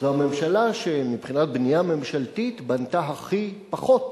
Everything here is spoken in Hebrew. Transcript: זו הממשלה שמבחינת בנייה ממשלתית בנתה הכי פחות